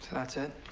that's it?